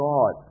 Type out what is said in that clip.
God